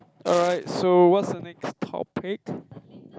alright so what's the next topic